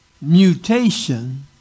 mutation